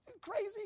Crazy